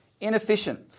Inefficient